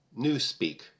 Newspeak